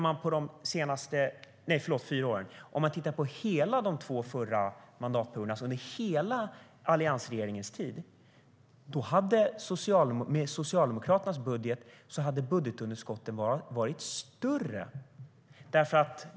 Men när det gäller de två senaste mandatperioderna tillsammans, alltså hela alliansregeringens tid, hade budgetunderskotten varit större med Socialdemokraternas budget.